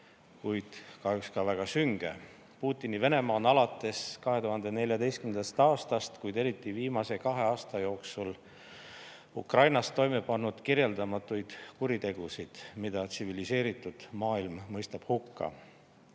kuid kahjuks ka väga sünge. Putini Venemaa on alates 2014. aastast, kuid eriti viimase kahe aasta jooksul Ukrainas toime pannud kirjeldamatuid kuritegusid, mida tsiviliseeritud maailm mõistab hukka.